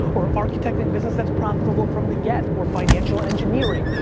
or architecture business that profitable from the get, or financial engineering,